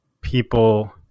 people